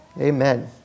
Amen